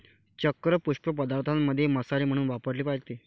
चक्र पुष्प पदार्थांमध्ये मसाले म्हणून वापरले जाते